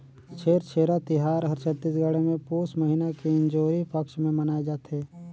छेरछेरा तिहार हर छत्तीसगढ़ मे पुस महिना के इंजोरी पक्छ मे मनाए जथे